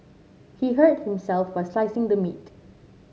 he hurt himself while slicing the meat